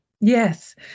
Yes